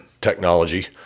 technology